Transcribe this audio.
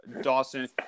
Dawson